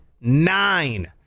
nine